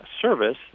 Service